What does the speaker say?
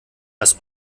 das